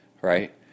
right